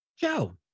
Joe